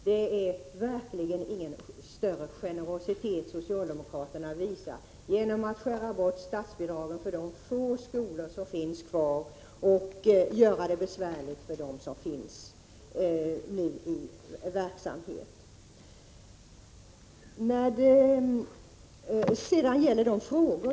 Det är verkligen ingen större generositet socialdemokraterna visar genom att skära ned statsbidragen för de få skolor som finns kvar och göra det besvärligt för dem.